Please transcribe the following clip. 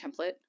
template